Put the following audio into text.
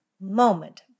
moment